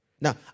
Now